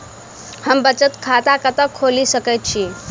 हम बचत खाता कतऽ खोलि सकै छी?